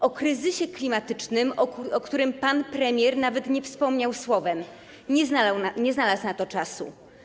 Na kryzysie klimatycznym, o którym pan premier nawet nie wspomniał słowem, nie znalazł na to czasu.